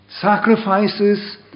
sacrifices